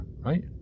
right